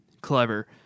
clever